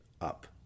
up